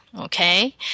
okay